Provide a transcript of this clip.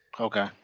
Okay